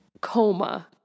coma